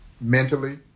mentally